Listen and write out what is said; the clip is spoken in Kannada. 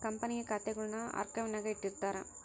ಕಂಪನಿಯ ಖಾತೆಗುಳ್ನ ಆರ್ಕೈವ್ನಾಗ ಇಟ್ಟಿರ್ತಾರ